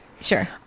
Sure